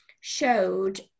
showed